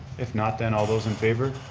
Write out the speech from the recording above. if not then all those in favor?